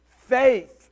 faith